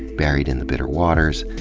buried in the bitter waters,